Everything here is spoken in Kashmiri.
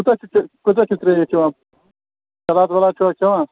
کوٗتاہ چھِ کۭژاہ چھِو ترٛیش چٮ۪وان سلاد ولاد چھُوا کھیٚوان